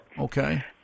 Okay